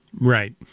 Right